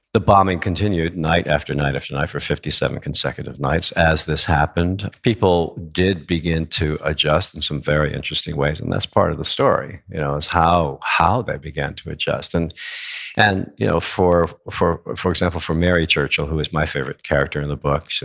the bombing continued night after night after night for fifty seven consecutive nights. as this happened, people did begin to adjust in some very interesting ways. and that's part of the story you know is how how they began to adjust and and you know for for example, for mary churchill, who is my favorite character in the book,